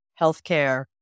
healthcare